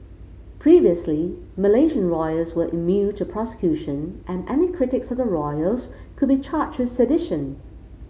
previously Malaysian royals were immune to prosecution and any critics of the royals could be charged with sedition